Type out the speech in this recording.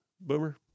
Boomer